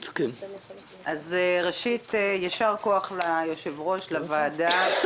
ראשית, יישר כוחו ליושב ראש, לוועדה,